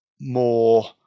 more